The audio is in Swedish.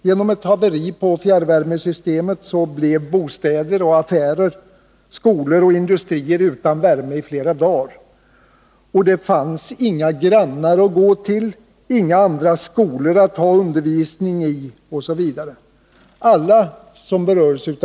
Genom ett haveri på fjärrvärmesystemet blev bostäder, affärer, skolor och industrier utan värme i flera dagar. Det fanns inga grannar att gå till, inga andra skolor att ha undervisning i osv.; alla hade lika kallt.